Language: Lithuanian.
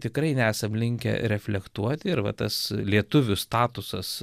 tikrai nesam linkę reflektuoti ir va tas lietuvių statusas